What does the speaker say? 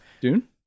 Dune